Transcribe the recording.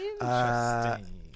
Interesting